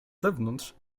zewnątrz